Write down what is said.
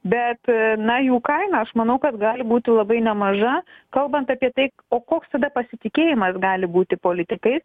bet na jų kaina aš manau kad gali būti labai nemaža kalbant apie tai o koks tada pasitikėjimas gali būti politikais